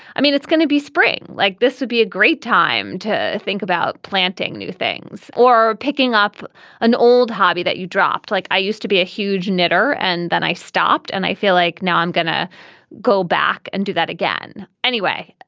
i mean, it's gonna be spring. like this would be a great time to think about planting new things or picking up an old hobby that you dropped. like used to be a huge knitter. and then i stopped and i feel like now i'm gonna go back and do that again. anyway,